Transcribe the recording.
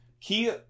Key